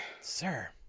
Sir